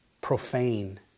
Profane